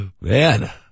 Man